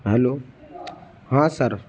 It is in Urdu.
ہیلو ہاں سر